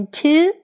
two